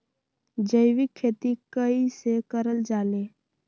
जैविक खेती कई से करल जाले?